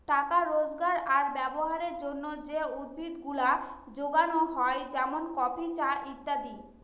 টাকা রোজগার আর ব্যবহারের জন্যে যে উদ্ভিদ গুলা যোগানো হয় যেমন কফি, চা ইত্যাদি